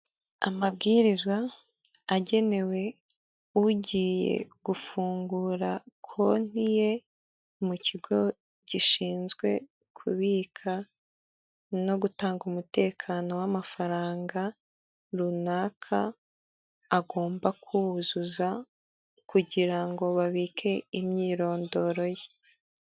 Amabwiriza agenewe ugiye gufungura konti ye mu kigo gishinzwe kubika no gutanga umutekano w'amafaranga runaka agomba kuzuza kugira ngo babike imyirondoro ye.